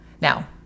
Now